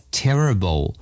terrible